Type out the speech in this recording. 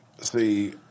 see